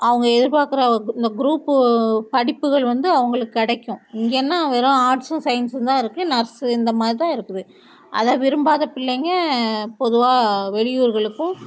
அவங்க எதிர்பார்க்குற இந்த குரூப்பு படிப்புகள் வந்து அவங்களுக்கு கிடைக்கும் இங்கேன்னா வெறும் ஆர்ட்ஸும் சையின்ஸும் தான் இருக்கு நர்ஸு இந்த மாதிரி தான் இருக்குது அதை விரும்பாத பிள்ளைங்கள் பொதுவாக வெளியூர்களுக்கும்